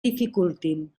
dificultin